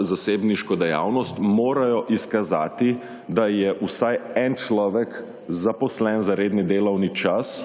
zasebniško dejavnost, morajo izkazati, da je vsaj en človek zaposlen za redni delovni čas